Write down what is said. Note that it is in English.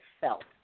felt